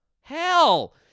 Hell